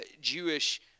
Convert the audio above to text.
Jewish